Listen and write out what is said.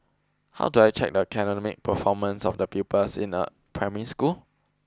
how do I check the academic performance of the pupils in a primary school